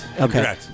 Okay